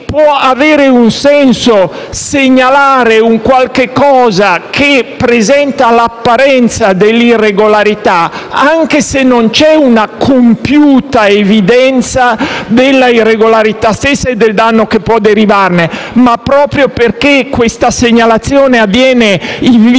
può avere un senso anche segnalare qualcosa che presenta l'apparenza dell'irregolarità, anche se non c'è una compiuta evidenza della irregolarità stessa e del danno che può derivarne. Tuttavia, proprio il fatto che questa segnalazione avviene in via